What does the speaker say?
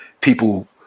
people